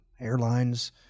airlines